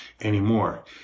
anymore